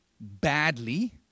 badly